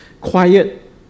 quiet